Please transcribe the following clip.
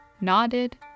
nodded